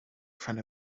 front